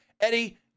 Eddie